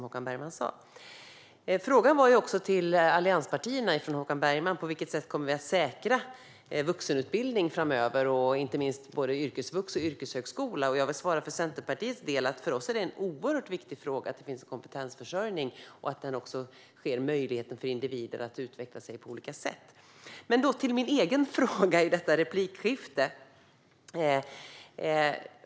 Håkan Bergman frågade också allianspartierna på vilket sätt vi kommer att stärka vuxenutbildning framöver, inte minst yrkesvux och yrkeshögskola. För Centerpartiets del är svaret att det är oerhört viktigt att det finns kompetensförsörjning och att individer ges möjlighet att utvecklas på olika sätt. Då går jag vidare till min egen fråga i detta replikskifte.